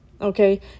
Okay